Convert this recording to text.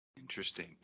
Interesting